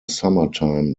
summertime